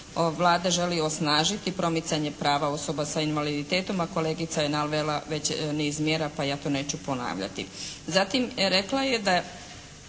Vlada želi osnažiti promicanje prava osoba sa invaliditetom, a kolegica je navela već niz mjera pa ja to neću ponavljati. Zatim rekla je da